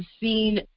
seen